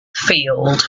field